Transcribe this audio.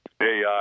AI